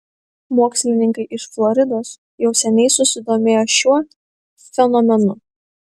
mokslininkai iš floridos jau seniai susidomėjo šiuo fenomenu